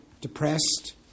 depressed